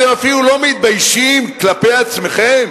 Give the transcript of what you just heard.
אתם אפילו לא מתביישים, כלפי עצמכם?